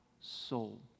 soul